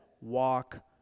walk